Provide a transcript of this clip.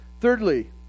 Thirdly